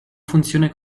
funzione